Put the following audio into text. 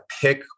pick